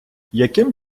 яким